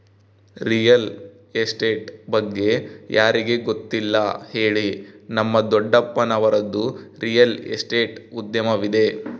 real estate ಬಗ್ಗೆ ಯಾರಿಗೆ ಗೊತ್ತಿಲ್ಲ ಹೇಳಿ, ನಮ್ಮ ದೊಡ್ಡಪ್ಪನವರದ್ದು ರಿಯಲ್ ಎಸ್ಟೇಟ್ ಉದ್ಯಮವಿದೆ